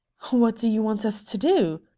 what do you want us to do?